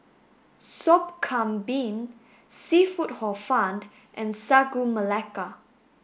Sop Kambing Seafood hor found and Sagu Melaka